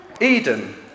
Eden